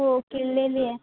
हो किडलेली आहे